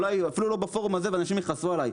אולי אפילו לא בפורום הזה ואנשים יכעסו עלי,